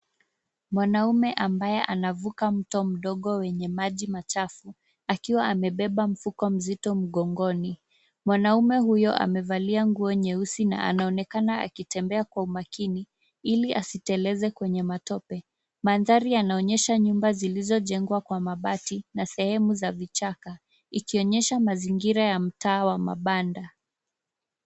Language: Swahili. Mwanaume ambaye anavuka mto mdogo wenye maji machafu akiwa amebeba mfuko mzito mgongoni. Mwanaume huyu amevalia nguo nyeusi na anaonekana akitembea kwa umakini ili asiteleze kwenye matope. Mandhari yanaonyesha nyumba zilizojengwa kwa mabati na sehemu za kichaka ikionyesha mazingira ya mtaa wa mabanda.